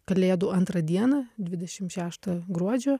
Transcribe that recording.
kalėdų antrą dieną dvidešim šeštą gruodžio